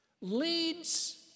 leads